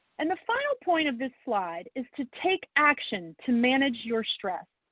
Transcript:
and the final point of this slide is to take action to manage your stress.